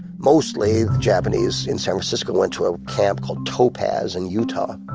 mostly, the japanese in san francisco went to a camp called topaz in utah.